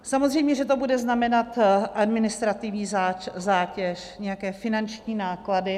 Samozřejmě to bude znamenat administrativní zátěž, nějaké finanční náklady.